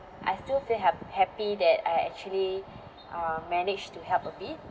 I still feel hap~ happy that I actually uh managed to help a bit